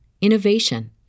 innovation